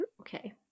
Okay